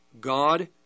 God